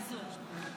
חיסון.